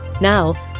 Now